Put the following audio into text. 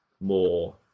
more